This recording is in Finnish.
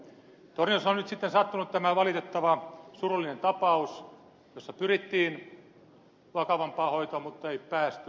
torniossa on nyt sattunut tämä valitettava surullinen tapaus jossa pyrittiin vakavampaan hoitoon mutta ei päästy ja se vei yhden lapsen